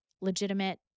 legitimate